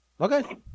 Okay